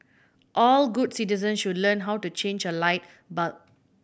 all good citizens should learn how to change a light bulb